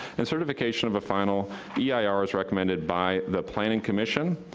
and certification of a final yeah ah eir is recommended by the planning commission.